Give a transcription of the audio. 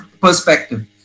perspective